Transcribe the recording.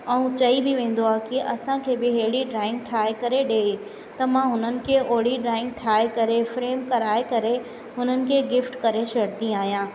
ऐं चई बि वेंदो आहे कि असांखे बि अहिड़ी ड्राइंग ठाहे करे ॾे त मां हुननि खे अहिड़ी ड्राइंग ठाहे करे फ्रेम कराए करे हुननि खे गिफ़्ट करे छॾंदी आहियां